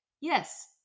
yes